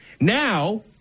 now